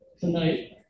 tonight